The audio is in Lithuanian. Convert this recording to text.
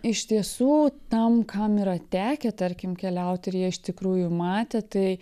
iš tiesų tam kam yra tekę tarkim keliauti ir jie iš tikrųjų matė tai